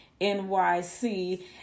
NYC